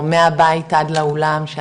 או מהבית עד לאולם.